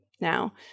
now